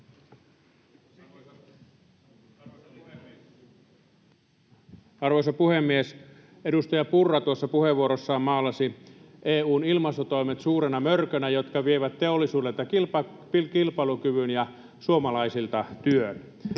Arvoisa puhemies! Edustaja Purra tuossa puheenvuorossaan maalasi EU:n ilmastotoimet suurena mörkönä, joka vie teollisuudelta kilpailukyvyn ja suomalaisilta työn.